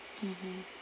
mm